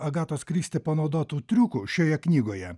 agatos kristi panaudotų triukų šioje knygoje